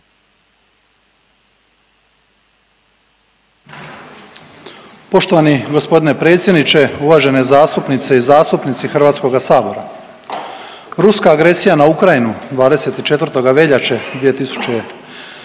Poštovani g. predsjedniče, uvažene zastupnice i zastupnici HS-a. Ruska agresija na Ukrajinu 24. veljače 2022.